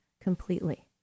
completely